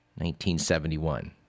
1971